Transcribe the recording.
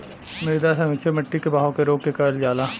मृदा संरक्षण मट्टी के बहाव के रोक के करल जाला